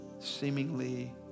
seemingly